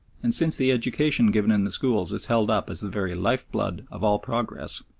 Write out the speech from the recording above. and since the education given in the schools is held up as the very life-blood of all progress,